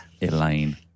Elaine